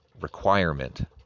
requirement